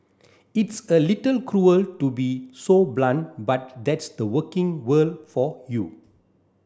it's a little cruel to be so blunt but that's the working world for you